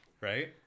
right